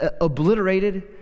obliterated